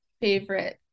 favorite